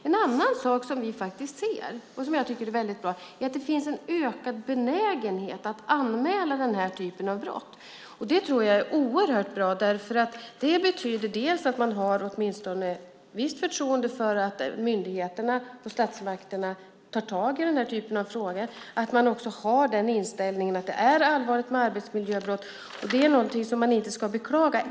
En annan sak som vi faktiskt ser och som jag tycker är väldigt bra är att det finns en ökad benägenhet att anmäla den här typen av brott. Det tror jag är oerhört bra. Det betyder att man åtminstone har ett visst förtroende för att myndigheterna och statsmakterna tar tag i den här typen av frågor, att man också har den inställningen att det är allvarligt med arbetsmiljöbrott. Det är något som man inte ska beklaga.